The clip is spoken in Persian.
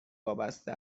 وابسته